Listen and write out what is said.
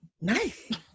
Nice